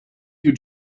you